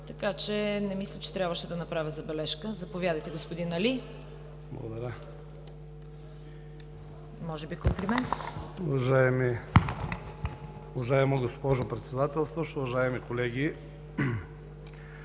така че не мисля, че трябваше да направя забележка. Заповядайте, господин Али. ТАНЕР АЛИ (ДПС): Уважаема госпожо Председателстващ, уважаеми колеги!